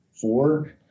four